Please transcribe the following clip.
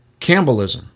Campbellism